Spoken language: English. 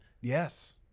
Yes